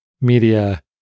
media